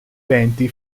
venti